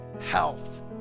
health